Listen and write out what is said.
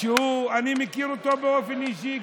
שאני מכיר אותו באופן אישי,